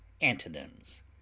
Antonyms